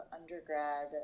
undergrad